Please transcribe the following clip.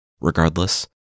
Regardless